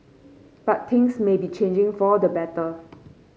but things may be changing for the better